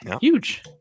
huge